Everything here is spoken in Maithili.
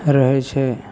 रहय छै